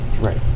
Right